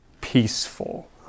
peaceful